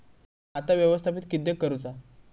खाता व्यवस्थापित किद्यक करुचा?